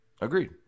Agreed